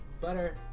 Butter